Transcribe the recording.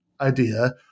idea